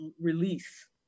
release